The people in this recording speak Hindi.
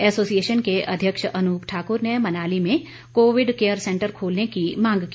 एसोसिएशन के अध्यक्ष अनुप ठाक्र ने मनाली में कोविड केयर सेंटर खोलने की मांग की